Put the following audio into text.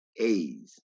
A's